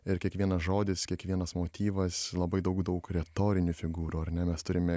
ir kiekvienas žodis kiekvienas motyvas labai daug daug retorinių figūrų ar ne mes turime